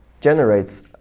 generates